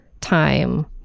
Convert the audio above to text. time